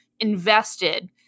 invested